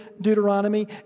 Deuteronomy